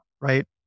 Right